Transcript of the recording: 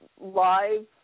Live